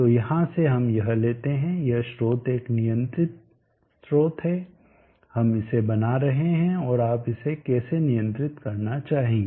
तो यहाँ से हम यह लेते है यह स्रोत एक नियंत्रित स्रोत है हम इसे बना रहे हैं और आप इसे कैसे नियंत्रित करना चाहेंगे